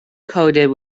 coated